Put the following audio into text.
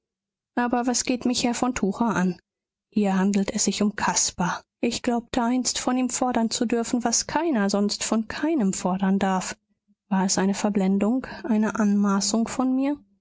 aber was geht mich herr von tucher an hier handelt es sich um caspar ich glaubte einst von ihm fordern zu dürfen was keiner sonst von keinem fordern darf war es eine verblendung eine anmaßung von mir